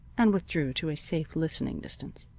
and withdrew to a safe listening distance.